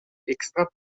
extra